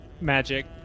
Magic